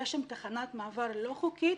יש שם תחנת מעבר לא חוקית,